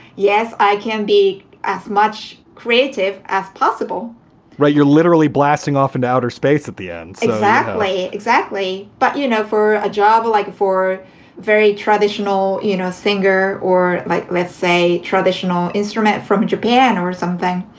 yes. i can be as much creative as possible right. you're literally blasting off into and outer space at the end exactly. exactly. but, you know, for a job like for very traditional, you know, a singer or like, let's say, traditional instrument from japan or something,